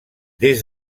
des